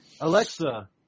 Alexa